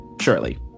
Surely